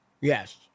yes